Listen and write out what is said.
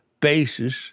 basis